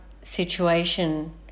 situation